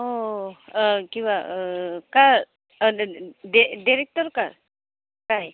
অঁ কিবা কাৰ অঁ ডাইৰেক্টৰ কাৰ কাই